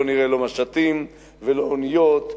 לא נראה לא משטים ולא אוניות,